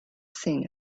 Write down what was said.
seen